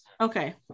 okay